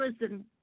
Listen